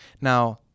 Now